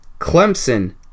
Clemson